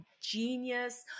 genius